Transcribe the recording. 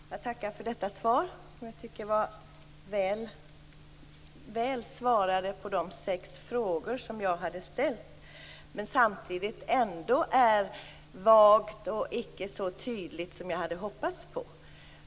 Fru talman! Jag tackar för detta svar, som jag tycker gav besked vad gäller de sex frågor som jag hade ställt men som ändå var vagt och icke så tydligt som jag hade hoppats på.